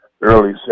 Early